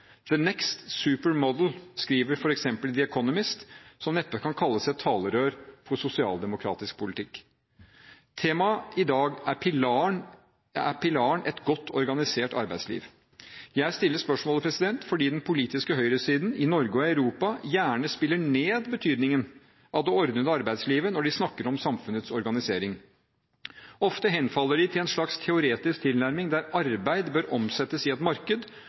skriver The Economist, som neppe kan kalles et talerør for sosialdemokratisk politikk: «The next supermodel». Temaet i dag er pilaren «et godt organisert arbeidsliv». Jeg stiller spørsmålet fordi den politiske høyresiden i Norge og Europa gjerne spiller ned betydningen av det ordnede arbeidslivet når de snakker om samfunnets organisering. Ofte henfaller de til en slags teoretisk tilnærming der arbeid bør omsettes i et marked